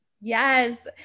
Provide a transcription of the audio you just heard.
Yes